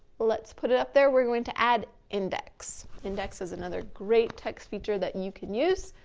let's put it up there, we're going to add index. index is another great text feature that you can use,